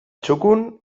txukun